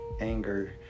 anger